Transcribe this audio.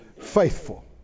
faithful